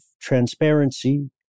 transparency